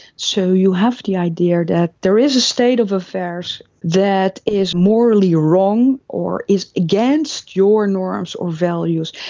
so you have the idea that there is a state of affairs that is morally wrong or is against your norms or values.